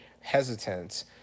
hesitant